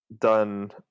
done